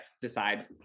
decide